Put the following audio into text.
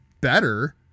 better